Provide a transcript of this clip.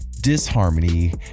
disharmony